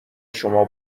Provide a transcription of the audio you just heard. شما